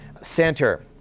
center